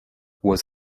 was